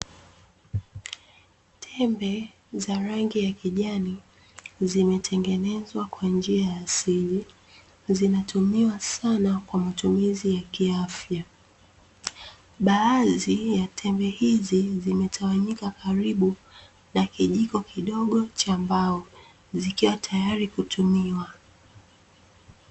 Tembe za rangi ya kijani zimetengenezwa kwa njia ya asili, zinatumiwa sana kwa matumizi ya kiafya. Baadhi ya tembe hizi zimetawanyika karibu na kijiko kidogo cha mbao, zikiwa tayari kutumiwa.